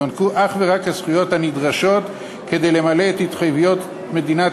יוענקו אך ורק הזכויות הנדרשות כדי למלא את התחייבות מדינת